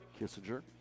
Kissinger